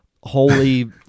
holy